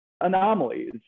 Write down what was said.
anomalies